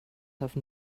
have